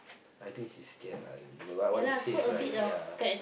I think she scared lah ya like what you say is right ya